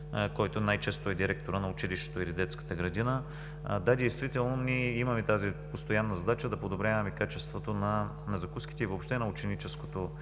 който най-често е директорът на училището или детската градина. Да, действително ние имаме постоянната задача да подобряваме качеството на закуските и въобще на ученическото